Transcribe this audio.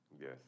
Yes